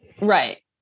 Right